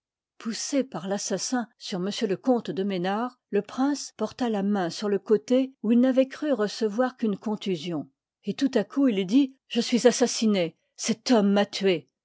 poussé par l'assassin sur m le comte de mesnard le prince porta la main sur le côté où il n'avoit cru recevoir qu'une contusion et tout à coup il dit je suis assassine cet homme m'a tué